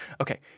Okay